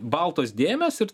baltos dėmės ir